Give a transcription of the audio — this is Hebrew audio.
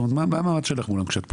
זאת אומרת, מה המעמד שלך מולם כשאת פונה?